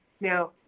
Now